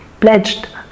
pledged